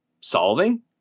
solving